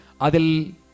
Adil